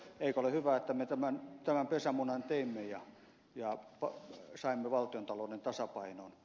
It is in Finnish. eikö ole hyvä että me tämän pesämunan teimme ja saimme valtiontalouden tasapainoon